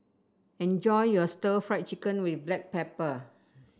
enjoy your stir Fry Chicken with Black Pepper